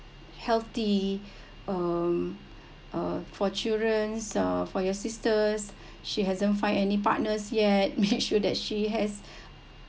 healthy um uh for children uh for your sisters she hasn't find any partners yet made sure that she has